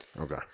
okay